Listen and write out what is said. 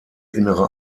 innere